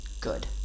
Good